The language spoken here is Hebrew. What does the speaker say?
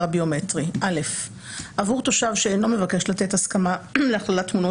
הביומטרי 3א1. עבור תושב שאינו מבקש לתת הסכמה להכללת תמונות